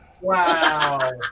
Wow